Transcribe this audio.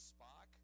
Spock